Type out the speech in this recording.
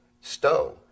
stone